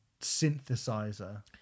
synthesizer